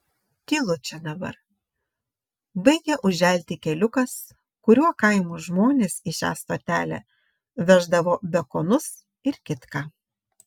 tylu čia dabar baigia užželti keliukas kuriuo kaimo žmonės į šią stotelę veždavo bekonus ir kitką